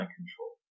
control